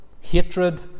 hatred